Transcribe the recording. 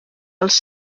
als